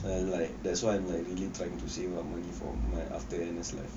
I like that's why I like trying to save up money for my after N_S life